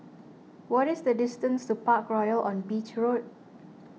what is the distance to Parkroyal on Beach Road